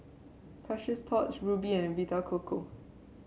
Precious Thots Rubi and Vita Coco